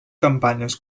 campanyes